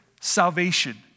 salvation